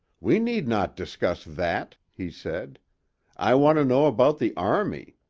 we need not discuss that, he said i want to know about the army.